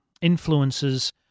influences